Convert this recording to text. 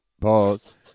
Pause